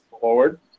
forward